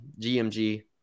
GMG